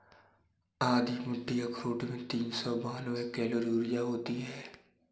आधी मुट्ठी अखरोट में तीन सौ बानवे कैलोरी ऊर्जा होती हैं